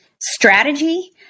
strategy